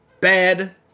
Bad